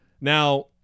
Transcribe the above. Now